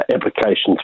applications